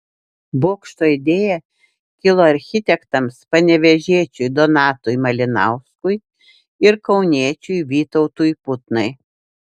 bokšto idėja kilo architektams panevėžiečiui donatui malinauskui ir kauniečiui vytautui putnai